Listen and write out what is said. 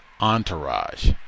entourage